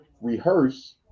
rehearse